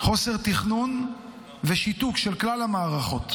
חוסר תכנון ושיתוק של כלל המערכות.